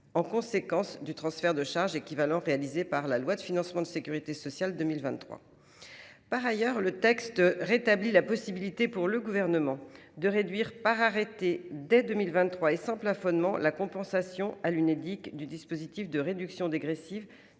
en conséquence du transfert de charge équivalent voté dans la loi de financement de la sécurité sociale pour 2023. Par ailleurs, le texte rétablit la possibilité pour le Gouvernement de réduire par arrêté, et ce dès 2023 et sans plafonnement, la compensation à l’Unédic du dispositif de réduction dégressive